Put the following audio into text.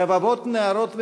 רבבות נערות ונערים,